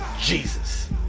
Jesus